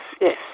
yes